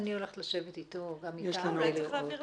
צריך להעביר